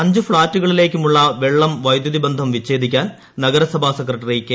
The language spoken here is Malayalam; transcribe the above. അഞ്ച് ഫ്ളാറ്റുകളിലേക്കുമുള്ള വെള്ളം വൈദ്യുതി ബന്ധം വിച്ചേദിക്കാൻ നഗരസഭാ സെക്രട്ടറി കെ